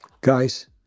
Guys